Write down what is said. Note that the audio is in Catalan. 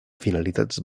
finalitats